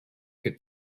could